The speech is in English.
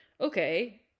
okay